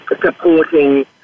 supporting